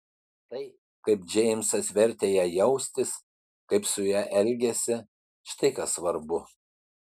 tai kaip džeimsas vertė ją jaustis kaip su ja elgėsi štai kas svarbu